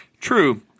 True